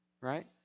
Right